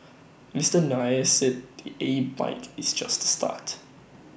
Mister Nair said the A bike is just the start